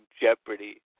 Jeopardy